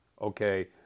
Okay